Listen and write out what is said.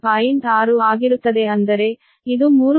6 ಆಗಿರುತ್ತದೆ ಅಂದರೆ ಇದು 3